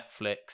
Netflix